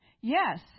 Yes